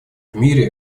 мире